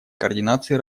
координации